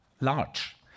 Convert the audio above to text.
large